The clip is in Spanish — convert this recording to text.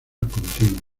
continua